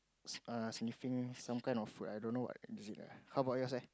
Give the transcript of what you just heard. err sniffing some kind of I don't know what is it lah how about yours leh